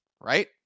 right